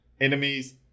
Enemies